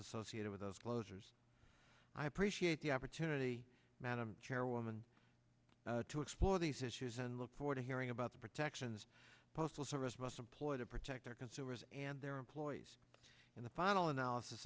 associated with those closures i appreciate the opportunity madam chairwoman to explore these issues and look forward to hearing about the protections postal service must employ to protect their consumers and their employees in the final analysis